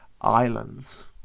islands